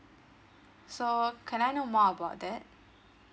so can I know more about that